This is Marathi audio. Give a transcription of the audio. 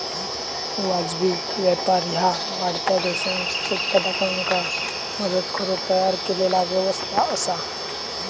वाजवी व्यापार ह्या वाढत्या देशांत उत्पादकांका मदत करुक तयार केलेला व्यवस्था असा